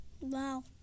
Wow